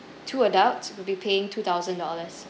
two adult will be paying two thousand dollars